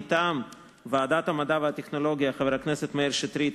מטעם ועדת המדע והטכנולוגיה: חבר הכנסת מאיר שטרית,